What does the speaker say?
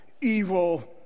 evil